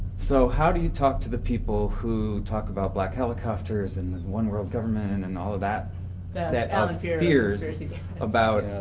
so, how do you talk to the people who talk about black helicopters and one world government and all that that set ah of fears about.